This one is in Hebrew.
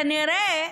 כנראה,